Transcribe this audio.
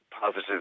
positive